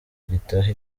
gitaha